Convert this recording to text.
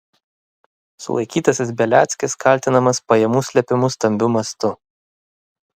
sulaikytasis beliackis kaltinamas pajamų slėpimu stambiu mastu